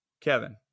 Kevin